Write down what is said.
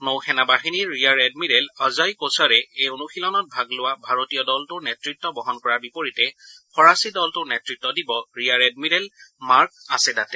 নৌসেনা বাহিনীৰ rear admiral Ajay কোছৰে এই অনুশীলনত ভাগ লোৱা ভাৰতীয় দলটোৰ নেতৃত্ব বহন কৰাৰ বিপৰীতে ফৰাচী দলটোৰ নেতৃত্ব দিব ৰিয়াৰ এডমিৰেল মাৰ্ক আঁছেদাতে